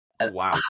Wow